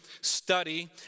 study